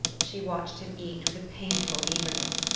she watched him eat with a painful eagerness.